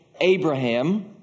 Abraham